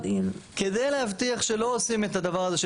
כדי להבטיח שלא עושים את הדבר הזה של